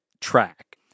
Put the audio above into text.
track